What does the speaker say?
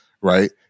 right